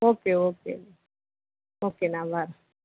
okay okay okay நான் வரேன்